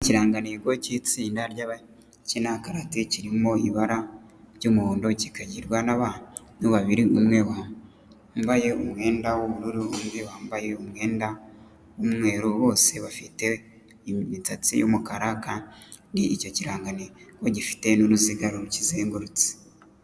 Ikirangantego cy'itsinda ry'abakina karate kirimo ibara ry'umuhondo kikagirwa n'abantu babiri umwe wambaye umwenda w'ubururu, undi wambaye umwenda w'umweru bose bafite imisatsi y'umukara kandi icyo kirangantego gifite n'uruzi ruzengurutse.